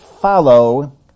follow